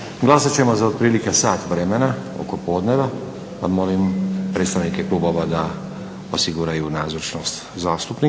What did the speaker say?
Glasovat ćemo za otprilike sat vremena oko podneva pa molim predstavnike klubova da osiguraju nazočnost zastupnika,